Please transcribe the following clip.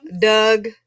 Doug